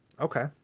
okay